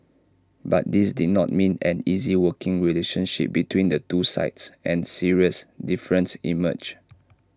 but this did not mean an easy working relationship between the two sides and serious differences emerged